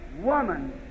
woman